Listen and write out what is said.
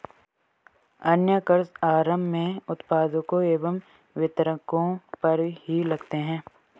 अन्य कर आरम्भ में उत्पादकों एवं वितरकों पर ही लगते हैं